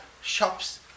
shops